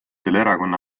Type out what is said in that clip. erakonna